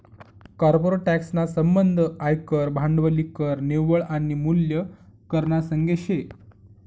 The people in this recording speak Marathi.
कॉर्पोरेट टॅक्स ना संबंध आयकर, भांडवली कर, निव्वळ आनी मूल्य कर ना संगे शे